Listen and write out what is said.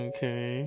Okay